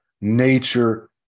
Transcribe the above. Nature